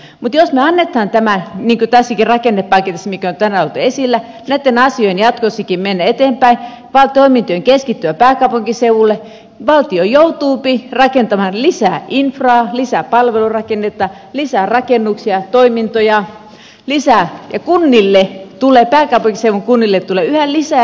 mutta jos me annamme niin kuin tässäkin rakennepaketissa mikä on tänään ollut esillä näitten asioiden jatkossakin mennä eteenpäin toimintojen keskittyä pääkaupunkiseudulle valtio joutuu rakentamaan lisää infraa lisää palvelurakennetta lisää rakennuksia toimintoja ja pääkaupunkiseudun kunnille tulee yhä lisää ja lisää kustannuksia